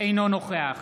אינו נוכח